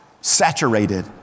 saturated